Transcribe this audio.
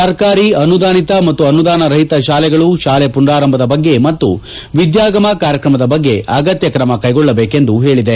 ಸರ್ಕಾರಿ ಅನುದಾನಿತ ಮತ್ತು ಅನುದಾನ ರಹಿತ ಶಾಲೆಗಳು ಶಾಲೆ ಮನಾರಂಭದ ಬಗ್ಗೆ ಮತ್ತು ವಿದ್ಯಾಗಮ ಕಾರ್ಯಕ್ರಮದ ಬಗ್ಗೆ ಅಗತ್ಯ ಕ್ರಮ ಕೈಗೊಳ್ಳಬೇಕೆಂದು ಹೇಳಿದೆ